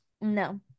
No